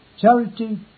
Charity